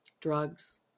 drugs